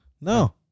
No